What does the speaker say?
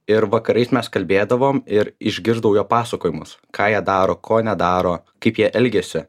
ir vakarais mes kalbėdavom ir išgirsdavau jo pasakojimus ką jie daro ko nedaro kaip jie elgiasi